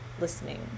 listening